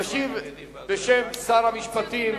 ישיב בשם שר המשפטים,